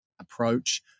approach